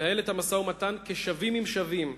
ננהל את המשא-ומתן כשווים עם שווים.